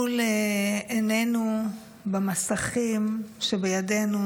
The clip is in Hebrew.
מול עינינו במסכים שבידינו